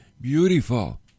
beautiful